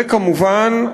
וכמובן,